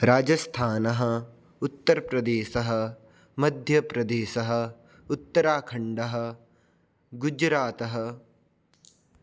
राजस्थानः उत्तर् प्रदेशः मध्यप्रदेशः उत्तराखण्डः गुजरातः